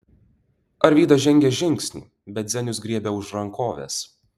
arvydas žengė žingsnį bet zenius griebė už rankovės